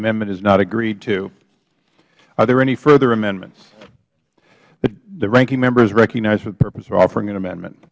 amendment is not agreed to are there any further amendments the ranking member is recognized for the purpose of offering an amendment